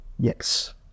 Yes